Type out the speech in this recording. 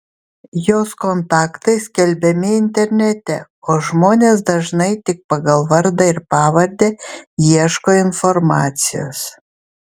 jos kontaktai skelbiami internete o žmonės dažnai tik pagal vardą ir pavardę ieško informacijos